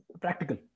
Practical